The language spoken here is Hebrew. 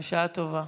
בשעה טובה.